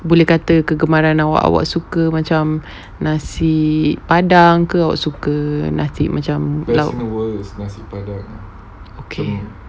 boleh kata kegemaran awak awak suka macam nasi padang ke awak suka nasi macam lauk okay